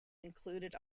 included